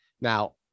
Now